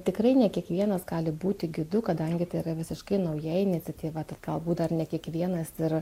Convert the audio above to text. tikrai ne kiekvienas gali būti gidu kadangi tai yra visiškai nauja iniciatyva tad galbūt dar ne kiekvienas ir